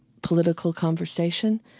political conversation.